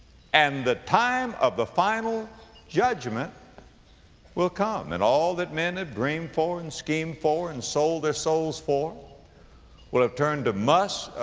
and the time of the final judgment will come and all that men had dreamed for and schemed for and sold their souls for will have turned to muss,